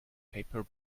paper